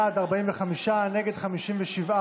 אדוני היושב-ראש,